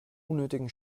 unnötigen